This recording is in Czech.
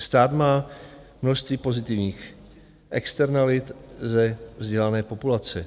Stát má množství pozitivních externalit ze vzdělané populace.